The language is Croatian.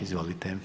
Izvolite.